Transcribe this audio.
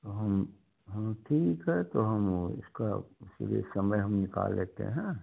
तो हम हम ठीक है तो हम वो इसका इसीलिए समय हम निकाल लेते हैं